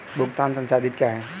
भुगतान संसाधित क्या होता है?